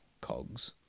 cogs